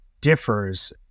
differs